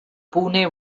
pune